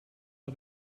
out